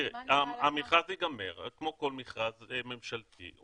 המכרז ייגמר כמו כל מכרז ממשלתי.